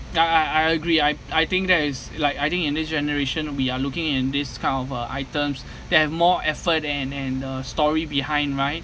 ya I I agree I I think that is like I think in this generation we are looking in this kind of uh items that have more effort and and a story behind right